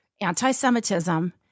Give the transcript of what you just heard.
anti-Semitism